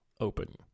open